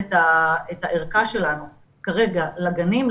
את הערכה שלנו כרגע לגנים,